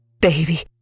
baby